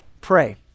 pray